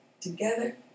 together